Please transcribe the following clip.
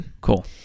cool